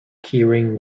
keyring